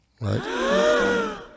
Right